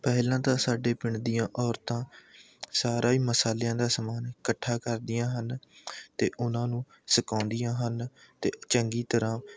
ਪਹਿਲਾਂ ਤਾਂ ਸਾਡੇ ਪਿੰਡ ਦੀਆਂ ਔਰਤਾਂ ਸਾਰਾ ਹੀ ਮਸਾਲਿਆਂ ਦਾ ਸਮਾਨ ਇਕੱਠਾ ਕਰਦੀਆਂ ਹਨ ਅਤੇ ਉਹਨਾਂ ਨੂੰ ਸੁਕਾਉਂਦੀਆਂ ਹਨ ਅਤੇ ਚੰਗੀ ਤਰ੍ਹਾਂ